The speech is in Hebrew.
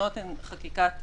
תקנות הן חקיקת משנה.